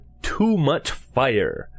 TooMuchFire